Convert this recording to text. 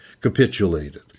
capitulated